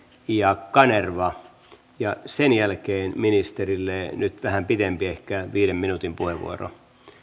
ja kanerva sen jälkeen ministerille nyt vähän pidempi ehkä viiden minuutin puheenvuoro